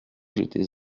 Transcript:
j’étais